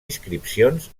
inscripcions